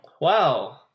Wow